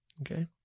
Okay